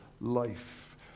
life